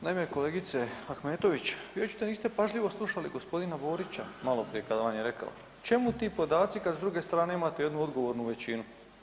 Naime kolegice Ahmetović vi očito niste pažljivo slušali gospodina Borića maloprije kada vam je reko čemu ti podaci kad s druge strane imate jednu odgovornu većinu.